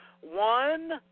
one